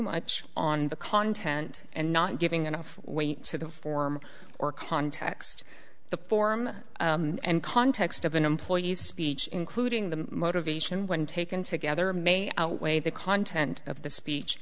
much on the content and not giving enough weight to the form or context the form and context of an employee's speech including the motivation when taken together may outweigh the content of the speech